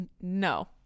No